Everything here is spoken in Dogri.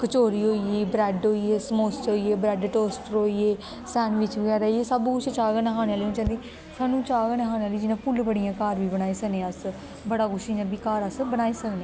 कचौरी होई गेई ब्रैड होइये समोसे होइये ब्रैड टोस्टर होइये सैंडबिच बगैरा एह् सब् कुछ चाह् कन्नै खानै आह्ली चीज़ां होंदियां सानूं चाह् कन्नै खाने आह्ली जियां फुल्लबड़ियां घर बी बनाई सकने अस बड़ा कुछ इ'यां बी घर अस बनाई सकने